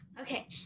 Okay